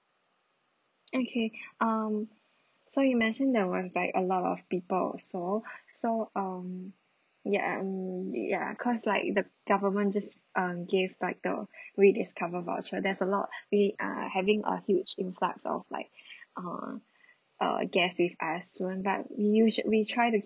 okay um so you mentioned there was like a lot of people also so um ya mm ya because like the government just um gave like a rediscover voucher there's a lot of we having a huge influx of like uh uh guests with us so but we usua~ we try to